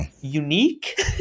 unique